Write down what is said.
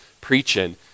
preaching